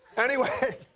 anyway.